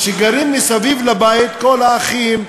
גרים מסביב לבית כל האחים,